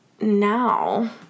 now